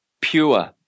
pure